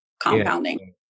compounding